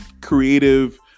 creative